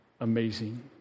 amazing